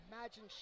imagine